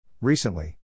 Recently